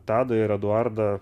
tadą ir eduardą